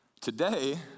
Today